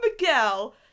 Miguel